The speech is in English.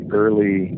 early